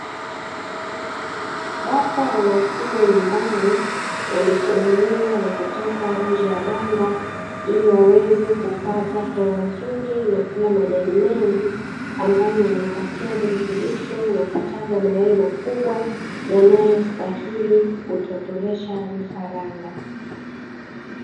Bata wanaofugwa nyumbani wamefunguliwa na kutoka nje ya banda, ili waweze kupata hewa nzuri na kula majani mengi ambayo yanawapatia virutubisho na kutaga mayai makubwa yanayostahili kutotolesha vifaranga.